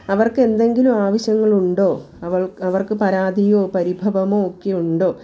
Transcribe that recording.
അവർക്ക് എന്തെങ്കിലും ആവശ്യങ്ങൾ ഉണ്ടോ അവൾ അവർക്ക് പരാതിയോ പരിഭവമോ ഒക്കെ ഉണ്ടോ